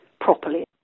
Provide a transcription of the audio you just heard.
properly